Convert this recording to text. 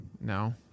No